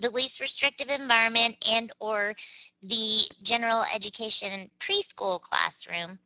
the least restrictive environment and or the general education and preschool classroom,